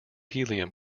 helium